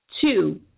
Two